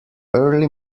early